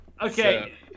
Okay